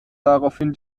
daraufhin